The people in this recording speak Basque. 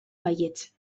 baietz